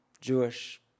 Jewish